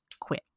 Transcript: quit